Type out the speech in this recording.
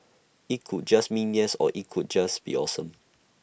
IT could just mean yes or IT could just be awesome